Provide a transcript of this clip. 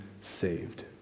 saved